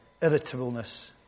irritableness